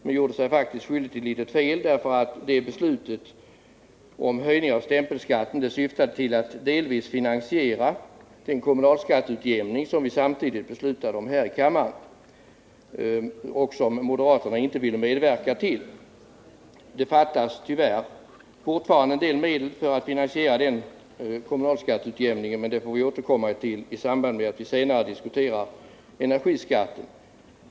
Han gjorde sig faktiskt skyldig till ett litet fel, därför att beslutet om höjning av stämpelskatten syftade till att delvis finansiera den kommunalskatteutjämning som vi samtidigt beslutade om här i riksdagen och som moderaterna inte vill medverka till. Det fattas tyvärr fortfarande en del medel för att finansiera den kommunalskattesänkningen, men det får vi återkomma till i samband med att vi senare diskuterar energiskatten.